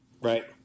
Right